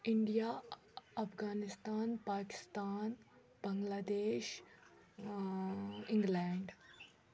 India Afghanistan Pakistan Bangladesh England